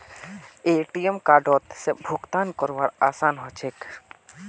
ATM कार्डओत से भुगतान करवार आसान ह छेक